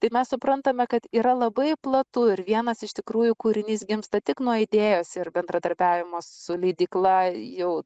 tai mes suprantame kad yra labai platu ir vienas iš tikrųjų kūrinys gimsta tik nuo idėjos ir bendradarbiavimo su leidykla jau